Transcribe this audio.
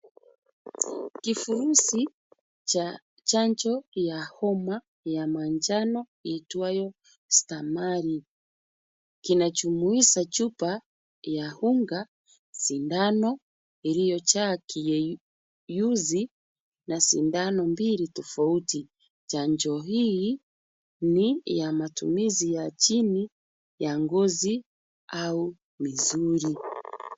Kifurushi cha chanjo ya homa ya manjano iitwayo Stamaril kinajumuisha chupa ya unga, sindano iliyojaa kiyeyushi na sindano mbili tofauti . Chanjo hii ni ya matumizi ya chini ya ngozi au misuli.